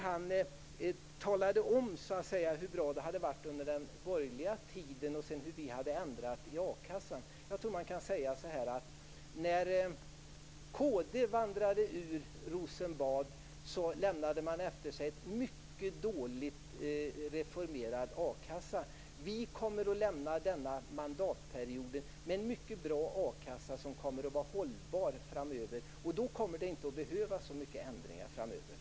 Han talade då om hur bra det hade varit under den borgerliga tiden och hur vi sedan hade ändrat i a-kassan. Jag tror att man kan säga så här: När kd vandrade ut från Rosenbad lämnade man efter sig en mycket dåligt reformerad a-kassa. Vi kommer att lämna denna mandatperiod med en mycket bra a-kassa som kommer att vara hållbar framöver. Då kommer det inte att behövas så mycket ändringar i framtiden.